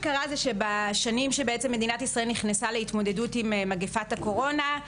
בשנים שבהן מדינת ישראל נכנסה להתמודדות עם מגפת הקורונה,